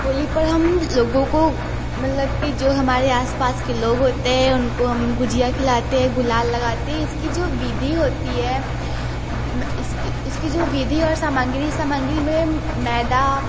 होली पर हम लोगों को मतलब कि जो हमारे आस पास के लोग होते हैं उनको हम गुजिया खिलाते हैं गुलाल लगाते हैं इसकी जो विधि होती है मैं इसकी इसकी जो विधि और सामाग्री सामाग्री में मैदा